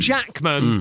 Jackman